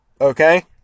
Okay